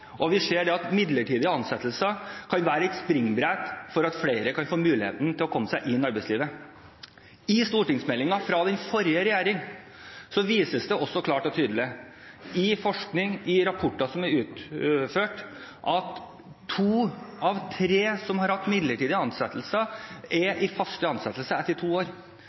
at midlertidige ansettelser kan være et springbrett til at flere får muligheten til å komme seg inn i arbeidslivet. I stortingsmeldingen fra den forrige regjeringen kommer det også klart og tydelig frem at forskning, rapporter som er utført, viser at to av tre som har hatt midlertidige ansettelser, er i fast ansettelse etter to år.